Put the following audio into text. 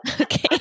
Okay